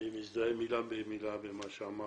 אני מזדהה מילה במילה עם מה שאמר